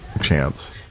chance